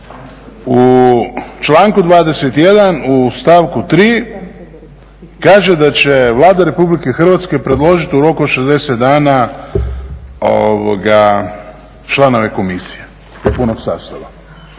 U članku 21. u stavku 3. kaže da će Vlada Republike Hrvatske predložit u roku od 60 dana članove komisije u punom sastavu.